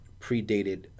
predated